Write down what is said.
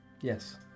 Yes